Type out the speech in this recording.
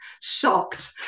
shocked